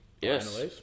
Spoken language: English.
Yes